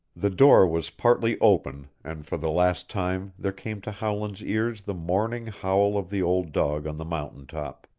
the door was partly open and for the last time there came to howland's ears the mourning howl of the old dog on the mountain top.